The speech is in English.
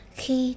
khi